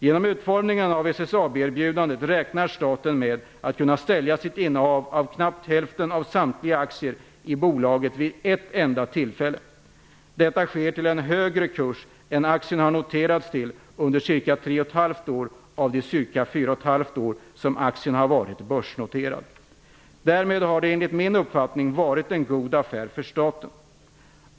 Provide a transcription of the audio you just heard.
Genom utformningen av SSAB-erbjudandet räknar staten med att kunna sälja sitt innehav av knappt hälften av samtliga aktier i bolaget vid ett enda tillfälle. Detta sker till en högre kurs än aktien har noterats till under ca 3,5 år av de ca 4,5 år som aktien har varit börsnoterad. Därmed har det enligt min uppfattning varit en god affär för staten.